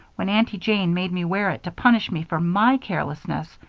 when aunty jane made me wear it to punish me for my carelessness.